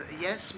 Yes